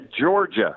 georgia